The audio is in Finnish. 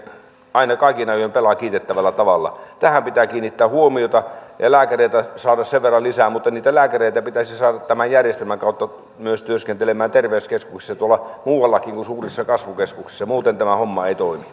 aina kaikin ajoin pelaa kiitettävällä tavalla tähän pitää kiinnittää huomiota ja lääkäreitä saada sen verran lisää mutta niitä lääkäreitä pitäisi saada tämän järjestelmän kautta myös työskentelemään terveyskeskuksissa tuolla muuallakin kuin suurissa kasvukeskuksissa muuten tämä homma ei toimi